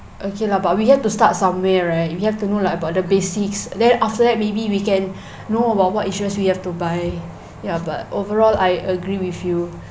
okay lah but we have to start somewhere right we have to know like about the basics then after that maybe we can know about what insurance we have to buy ya but overall I agree with you